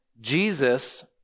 Jesus